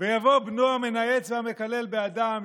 ויבוא בנו המנאץ והמקלל באדם,